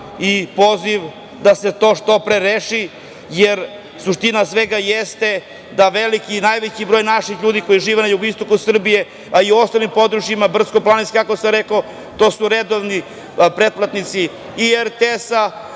i poziv da se to što pre reši, jer suština svega jeste da veliki, najveći broj naših ljudi koji žive na jugoistoku Srbije, a i u ostalim područjima brdsko planinskim kako sam rekao, to su redovni pretplatnici i RTS-a,